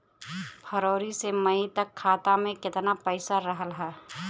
फरवरी से मई तक खाता में केतना पईसा रहल ह?